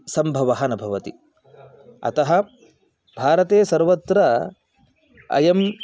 सम्भवः न भवति अतः भारते सर्वत्र अयम्